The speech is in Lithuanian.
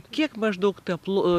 kiek maždaug tap lu